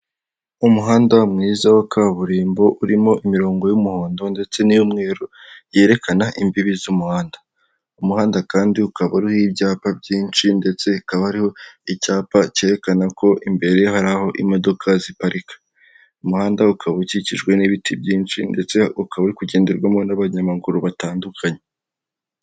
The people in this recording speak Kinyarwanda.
Umuhanda mwiza wa kaburimbo urimo imirongo y'umuhondo ndetse n'umweru yerekana imbibi z'umuhanda, umuhanda kandi ukaba uriho ibyapa byinshi ndetse ukaba uriho icyapa cyerekana ko imbere hari aho imodoka ziparika, umuhanda ukaba ukikijwe n'ibiti byinshi ndetse ukaba uri kugenderwamo n'abanyamaguru batandukanye.